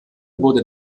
wurde